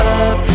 up